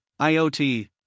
IoT